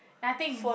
nothing